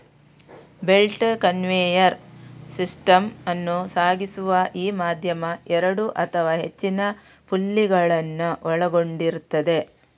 belt conveyor system ಅನ್ನು ಸಾಗಿಸುವ ಈ ಮಾಧ್ಯಮ ಎರಡು ಅಥವಾ ಹೆಚ್ಚಿನ ಪುಲ್ಲಿಗಳನ್ನ ಒಳಗೊಂಡಿರ್ತದೆ